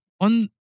on